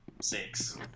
six